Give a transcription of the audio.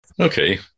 Okay